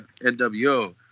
NWO